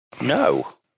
No